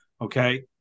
Okay